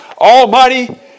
Almighty